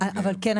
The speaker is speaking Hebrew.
כן,